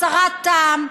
סרת טעם,